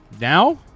Now